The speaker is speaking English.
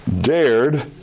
dared